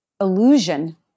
illusion